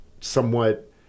somewhat